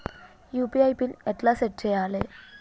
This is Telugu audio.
యూ.పీ.ఐ పిన్ ఎట్లా సెట్ చేయాలే?